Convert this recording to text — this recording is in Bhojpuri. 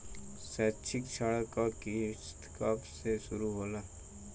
शैक्षिक ऋण क किस्त कब से शुरू होला?